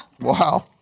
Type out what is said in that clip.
Wow